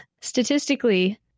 statistically